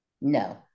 No